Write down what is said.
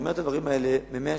אני אומר את הדברים האלה ממש